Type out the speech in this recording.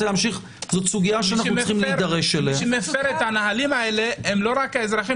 מי שמפר את הנהלים האלה זה לא רק אזרחים